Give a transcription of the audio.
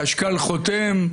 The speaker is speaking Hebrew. חשכ"ל חותם,